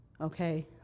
okay